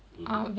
mmhmm